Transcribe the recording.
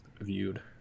viewed